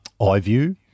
iView